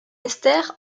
ester